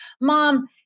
mom